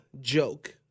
joke